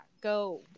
Go